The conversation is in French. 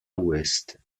west